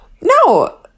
No